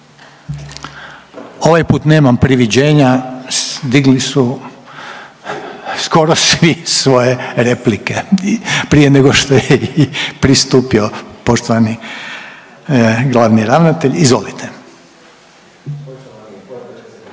Ovaj put nemam priviđenja, digli su skoro svi svoje replike. Prije nego što je i pristupio poštovani glavni ravnatelj, izvolite.